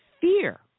Fear